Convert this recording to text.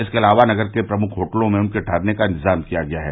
इसके अलावा नगर के प्रमुख होटलों में उनके ठहरने का इंतज़ाम किया गया है